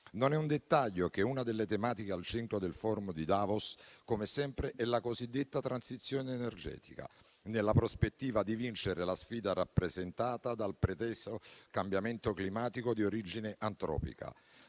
Non è un dettaglio che una delle tematiche al centro del *forum* di Davos, come sempre, sia la cosiddetta transizione energetica, nella prospettiva di vincere la sfida rappresentata dal preteso cambiamento climatico di origine antropica.